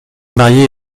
marié